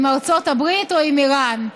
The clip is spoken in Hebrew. עם ארצות הברית או עם איראן?